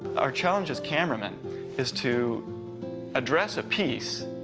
our challenge as cameramen is to address a piece